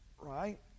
right